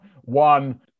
One